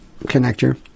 connector